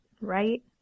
right